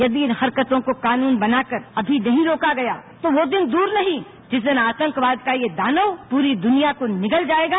यदि इन हरकतों को कानून बनाकर अभी नहीं रोका गया तो वो दिन दूर नहीं जिस दिन आतंकवाद का ये दानव पूरी दृनिया को निगल जाएगा